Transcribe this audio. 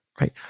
right